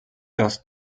das